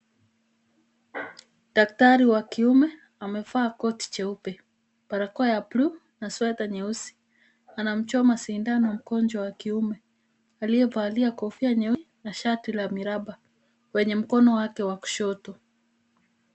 Daktari wa kiume amevaa koti jeupe, barakoa ya bluu na sweta nyeusi anamchoma sindano mgonjwa wa kiume aliyevalia kofia nyeusi na shati la miraba kwenye mkono wake wa kushoto.